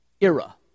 era